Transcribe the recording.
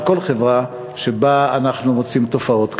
של כל חברה שבה אנחנו מוצאים תופעות כאלה.